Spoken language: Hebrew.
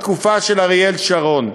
בתקופה של אריאל שרון.